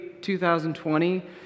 2020